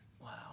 Wow